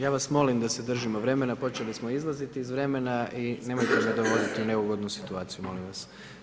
Ja vas molim da se držimo vremena, počeli smo izlaziti iz vremena i nemojmo me dovoditi u neugodnu situaciju, molim vas.